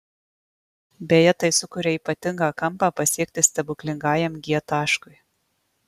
beje tai sukuria ypatingą kampą pasiekti stebuklingajam g taškui